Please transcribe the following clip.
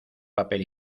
papel